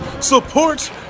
support